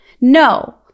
No